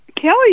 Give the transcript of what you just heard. Kelly